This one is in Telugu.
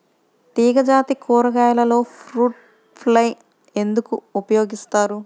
తీగజాతి కూరగాయలలో ఫ్రూట్ ఫ్లై ఎందుకు ఉపయోగిస్తాము?